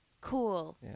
cool